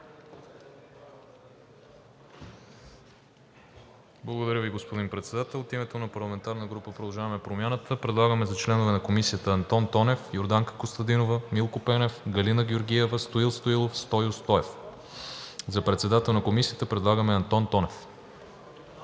Благодаря Ви, господин Председател. От името на парламентарната група на „Продължаваме Промяната“ предлагаме за членове на Комисията Антон Тонев, Йорданка Костадинова, Милко Пенев, Галина Георгиева, Стоил Стоилов, Стою Стоев. За председател на Комисията предлагаме Антон Тонев.